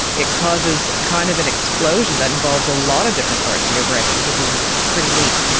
it causes kind of an explosion that involves a lot of different parts of your brain, which is pretty neat.